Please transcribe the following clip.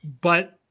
But-